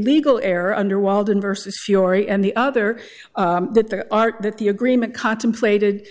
legal error under waldron versus fiore and the other that there aren't that the agreement contemplated